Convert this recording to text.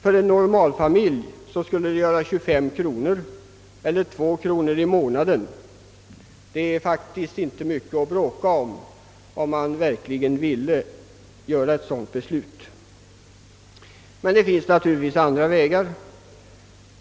För en normalfamilj skulle det göra 25 kronor, d. v. s. ungefär 2 kronor i månaden. Det är faktiskt inte mycket att bråka om, ifall man verkligen vill fatta ett sådant beslut. Men det finns naturligtvis även andra vägar.